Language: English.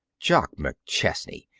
jock mcchesney,